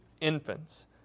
infants